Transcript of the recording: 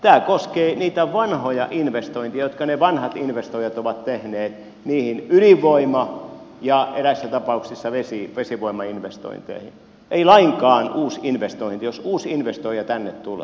tämä koskee niitä vanhoja investointeja jotka ne vanhat investoijat ovat tehneet niihin ydinvoima ja eräissä tapauksissa vesivoimainvestointeihin ei lainkaan uusia investointeja jos uusi investoija tänne tulee